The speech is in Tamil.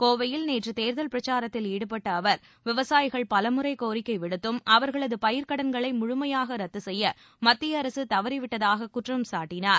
கோவையில் நேற்று தேர்தல் பிரச்சாரத்தில் ஈடுபட்ட அவர் விவசாயிகள் பலமுறை கோரிக்கை விடுத்தும் அவர்களது பயிர்க்கடன்களை முழுமையாக ரத்து செய்ய மத்திய அரசு தவறிவிட்டதாகக் குற்றம் சாட்டினார்